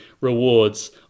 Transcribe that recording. rewards